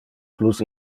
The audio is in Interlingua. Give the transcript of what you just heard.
plus